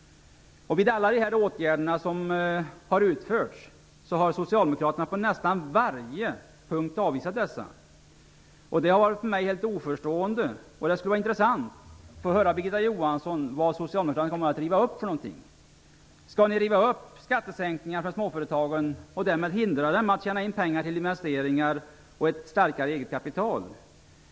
Socialdemokraterna har på nästan varje punkt avvisat de åtgärder som har vidtagits. Detta har för mig varit helt oförståeligt, och det skulle vara intressant att få höra av Birgitta Johansson vad Socialdemokraterna kommer att riva upp. Skall ni riva upp skattesänkningar för småföretagen och därmed hindra dem att tjäna in pengar till investeringar och ett starkare eget kapital?